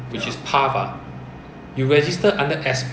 or P plate ah based on singapore L_T_A assign one